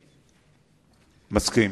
אני מסכים.